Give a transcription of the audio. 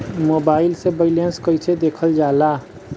Mobile से balance कइसे देखल जाला?